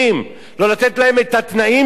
לא לתת להם את התנאים שלהם.